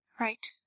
Right